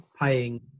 paying